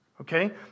Okay